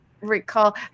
recall